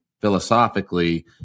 philosophically